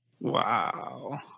Wow